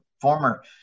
former